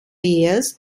years